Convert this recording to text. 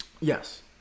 yes